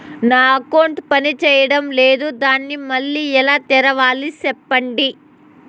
నా అకౌంట్ పనిచేయడం లేదు, దాన్ని మళ్ళీ ఎలా తెరవాలి? సెప్పండి